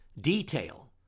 detail